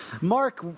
Mark